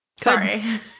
Sorry